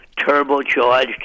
turbocharged